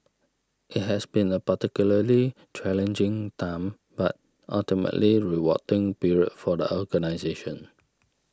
it has been a particularly challenging time but ultimately rewarding period for the organisation